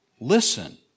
Listen